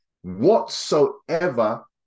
Whatsoever